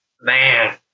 man